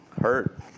hurt